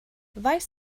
weiß